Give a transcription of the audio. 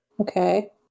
Okay